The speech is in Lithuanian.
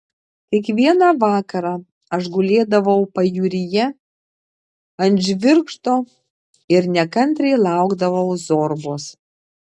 kiekvieną vakarą aš gulėdavau pajūryje ant žvirgždo ir nekantriai laukdavau zorbos